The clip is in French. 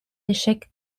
échec